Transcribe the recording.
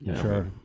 Sure